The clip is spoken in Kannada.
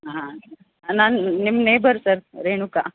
ಹಾಂ ನಾನು ನಿಮ ನೇಬರ್ ಸರ್ ರೇಣುಕಾ